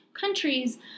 countries